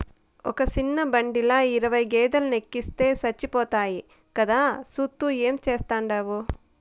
ఒక సిన్న బండిల ఇరవై గేదేలెనెక్కిస్తే సచ్చిపోతాయి కదా, సూత్తూ ఏం చేస్తాండావు